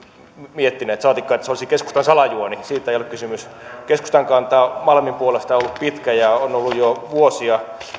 miettineet saatikka että se olisi keskustan salajuoni siitä ei ole kysymys keskustan kanta malmin puolesta on ollut pitkään on ollut jo vuosia